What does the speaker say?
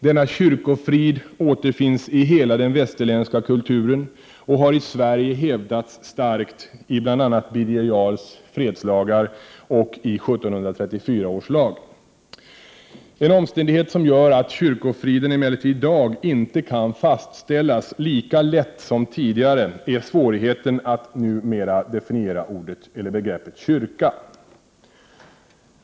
Denna kyrkofrid återfinns i hela den västerländska kulturen och har i Sverige hävdats starkt i bl.a. Birger Jarls fredslagar och i 1734 års lag. En omständighet som gör att kyrkofriden emellertid i dag inte kan fastställas lika lätt som tidigare är svårigheten att numera definiera begreppet kyrka.